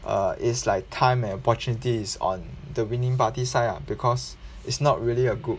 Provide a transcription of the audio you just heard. err it's like time and opportunities on the winning party side ah because it's not really a good